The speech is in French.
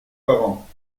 parents